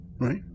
right